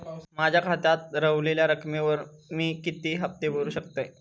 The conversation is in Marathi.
माझ्या खात्यात रव्हलेल्या रकमेवर मी किती हफ्ते भरू शकतय?